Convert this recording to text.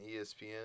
ESPN